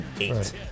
eight